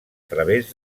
través